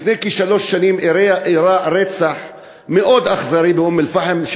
לפני כשלוש שנים אירע רצח מאוד אכזרי באום-אלפחם,